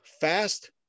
fast